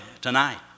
tonight